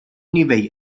nivell